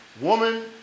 woman